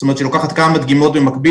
זאת אומרת שהיא לוקחת כמה דגימות במקביל